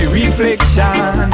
reflection